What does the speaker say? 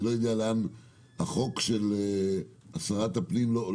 אני לא יודע לאן החוק של שרת הפנים עובר.